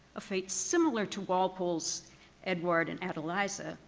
a fate similar to walpole's edward and adeliza.